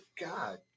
God